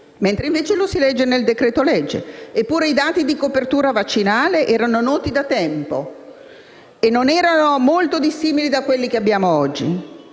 mentre questo lo si legge nel decreto-legge; eppure, i dati di copertura vaccinale erano noti da tempo e non erano molto dissimili da quelli di oggi.